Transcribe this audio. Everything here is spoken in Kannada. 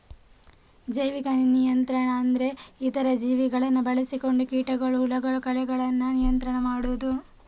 ಜೈವಿಕ ನಿಯಂತ್ರಣ ಅಂದ್ರೆ ಇತರ ಜೀವಿಗಳನ್ನ ಬಳಸಿಕೊಂಡು ಕೀಟಗಳು, ಹುಳಗಳು, ಕಳೆಗಳನ್ನ ನಿಯಂತ್ರಣ ಮಾಡುದು